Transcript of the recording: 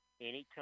anytime